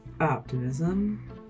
optimism